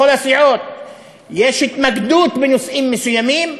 יש התמקדות בנושאים מסוימים,